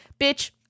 bitch